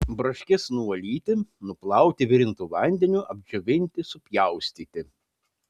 braškes nuvalyti nuplauti virintu vandeniu apdžiovinti supjaustyti